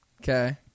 Okay